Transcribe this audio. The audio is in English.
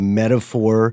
metaphor